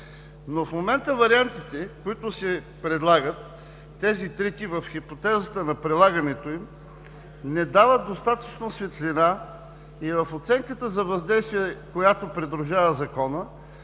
Но в момента вариантите, които се предлагат, тези трите в хипотезата на прилагането им, не дават достатъчно светлина и в оценката за въздействие, която придружава Закона,